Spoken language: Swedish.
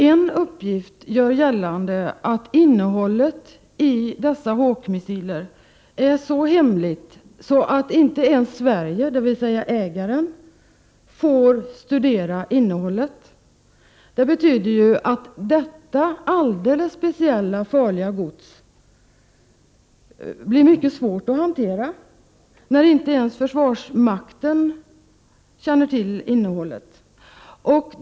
En uppgift gör gällande att innehållet i dessa Hawk-missiler är så hemligt att inte ens Sverige, dvs. ägaren, får studera innehållet. Det betyder ju att detta alldeles speciellt farliga gods blir mycket svårt att hantera, när inte ens försvarsmakten känner till innehållet.